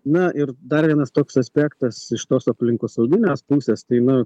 na ir dar vienas toks aspektas iš tos aplinkosauginės pusės tai nu